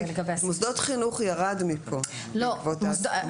מוסדות חינוך ירד מפה בעקבות ההסכמות.